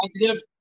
positive